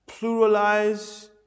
pluralize